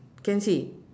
can see